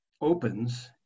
opens